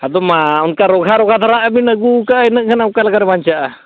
ᱟᱫᱚᱢᱟ ᱚᱱᱠᱟ ᱨᱳᱜᱟ ᱨᱳᱜᱟ ᱫᱷᱟᱨᱟᱜᱼᱟ ᱟᱹᱜᱩ ᱠᱟᱜᱼᱟ ᱤᱱᱟᱹᱜ ᱱᱟᱦᱟᱜ ᱚᱠᱟ ᱞᱮᱠᱟ ᱨᱮ ᱵᱟᱧᱪᱟᱣᱟᱜᱼᱟ